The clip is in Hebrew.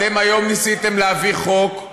אתם ניסיתם היום להביא חוק,